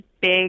big